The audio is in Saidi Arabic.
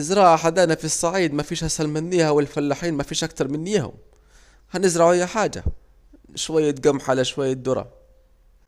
الزراعة حدانا في الصعيد مفيش اسهل منيها والفلاحين مفيش اكتر منيهم، هنزرعوا اي حاجة، شوية جمح على شوية درة